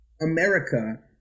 America